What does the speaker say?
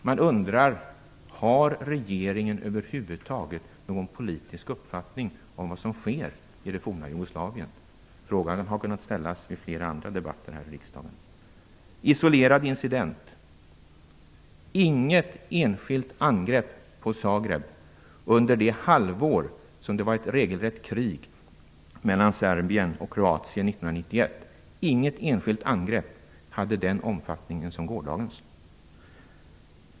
Man undrar om regeringen över huvud taget har någon politisk uppfattning om vad som sker i det forna Jugoslavien. Frågan har kunnat ställas i flera andra debatter här i riksdagen. Isolerad incident! Inget enskilt angrepp på Zagreb under det halvår då det var ett regelrätt krig mellan Serbien och Kroatien 1991 hade en sådan omfattning som gårdagens.